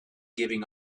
giving